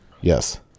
Yes